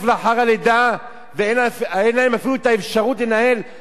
ואין להם אפילו האפשרות לנהל מאבק משפטי.